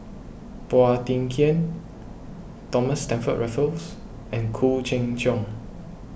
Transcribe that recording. Phua Thin Kiay Thomas Stamford Raffles and Khoo Cheng Tiong